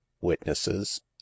Witnesses